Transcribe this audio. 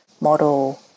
model